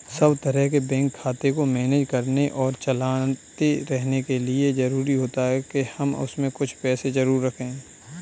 सब तरह के बैंक खाते को मैनेज करने और चलाते रहने के लिए जरुरी होता है के हम उसमें कुछ पैसे जरूर रखे